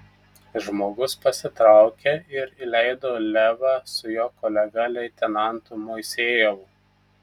žmogus pasitraukė ir įleido levą su jo kolega leitenantu moisejevu